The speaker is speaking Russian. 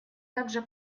также